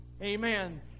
Amen